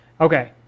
Okay